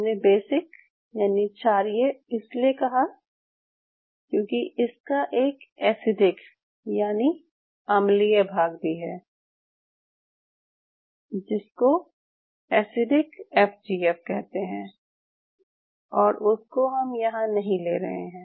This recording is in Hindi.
हमने बेसिक यानि क्षारीय इसलिए कहा क्यूंकि इसका एक एसिडिक यानि अम्लीय भाग भी है एसिडिक एफ जी एफ कहते हैं और उसको हम यहाँ नहीं ले रहे हैं